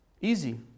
Easy